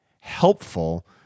helpful